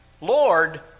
Lord